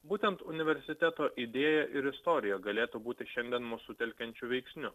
būtent universiteto idėja ir istorija galėtų būti šiandien mus sutelkiančiu veiksniu